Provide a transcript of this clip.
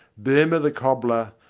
boehme the cobbler,